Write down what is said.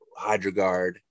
hydroguard